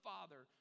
Father